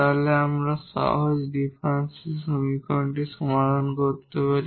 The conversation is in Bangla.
তাহলে আমরা এই সাধারণ সহজ ডিফারেনশিয়াল সমীকরণটি সমাধান করতে পারি